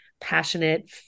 passionate